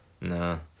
No